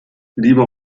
lieber